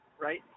right